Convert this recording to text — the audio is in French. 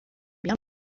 bien